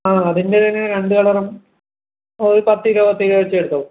ആ അതിൻ്റെ തന്നെ രണ്ടു കളറും ഒരു പത്തു കിലോ പത്തു കിലോ വെച്ചെടുത്തോ